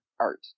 art